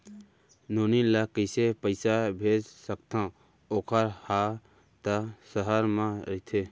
नोनी ल कइसे पइसा भेज सकथव वोकर हा त सहर म रइथे?